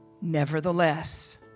Nevertheless